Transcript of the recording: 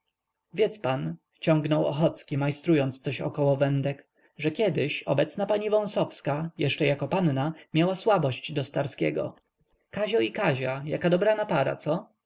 wiedz pan ciągnął ochocki majstrując coś około wędek że kiedyś obecna pani wąsowska jeszcze jako panna miała słabość do starskiego kazio i kazia jaka dobrana para co